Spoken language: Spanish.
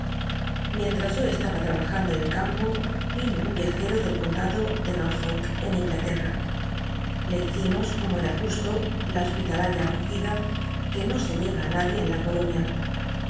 ilientras yo estaba abajando en el campo vino un íajero del condado de nofolk en lnglatera le hicimos como era justo la hospitalaria acogida que no se niega á nadie en la colonia